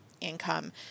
income